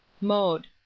MODE